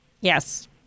Yes